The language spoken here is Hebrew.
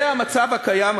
זה המצב הקיים.